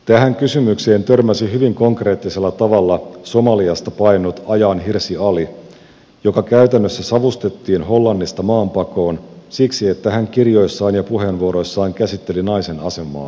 tähän kysymykseen törmäsi hyvin konkreettisella tavalla somaliasta paennut ayaan hirsi ali joka käytännössä savustettiin hollannista maanpakoon siksi että hän kirjoissaan ja puheenvuoroissaan käsitteli naisen asemaa islamissa